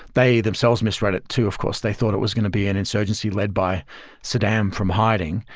they themselves misread it too. of course they thought it was going to be an insurgency led by saddam from hiding.